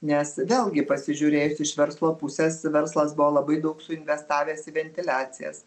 nes vėlgi pasižiūrėjus iš verslo pusės verslas buvo labai daug suinvestavęs į ventiliacijas